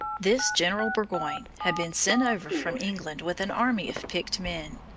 this general burgoyne had been sent over from england with an army of picked men,